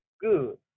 good